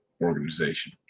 organization